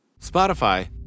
Spotify